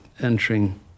entering